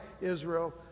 Israel